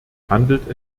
handelt